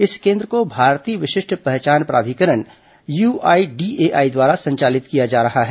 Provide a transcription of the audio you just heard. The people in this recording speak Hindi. इस केन्द्र को भारतीय विशिष्ट पहचान प्राधिकरण यूआईडीएआई द्वारा संचालित किया जा रहा है